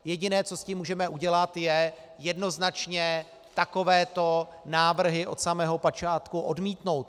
Jediné, co s tím můžeme udělat, je jednoznačně takovéto návrhy od samého počátku odmítnout.